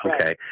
okay